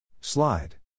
Slide